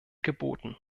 geboten